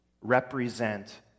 represent